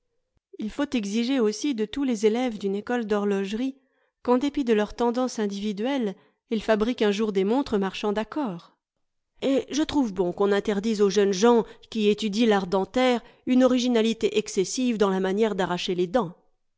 il faut exiger aussi de tous les élèves d'une école d'horlogerie qu'en dépit de leurs tendances individuelles ils fabriquent un jour des montres marchant d'accord et je trouve bon que l'on interdise aux jeunes gens qui étudient l'art dentaire une originalité excessive dans la manière d'arracher les dents